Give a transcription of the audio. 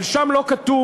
אבל שם לא כתוב,